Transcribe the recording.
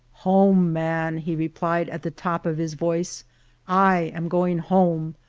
home, man, he replied at the top of his voice i am going home!